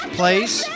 place